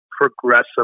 progressive